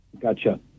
Gotcha